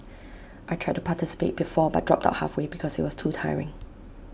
I tried to participate before but dropped out halfway because IT was too tiring